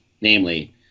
Namely